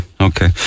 Okay